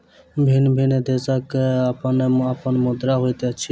भिन्न भिन्न देशक अपन अपन मुद्रा होइत अछि